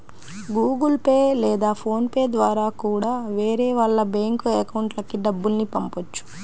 Google Pay లేదా PhonePe ద్వారా కూడా వేరే వాళ్ళ బ్యేంకు అకౌంట్లకి డబ్బుల్ని పంపొచ్చు